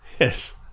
Yes